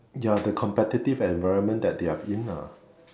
ya the competitive environment that they are in ah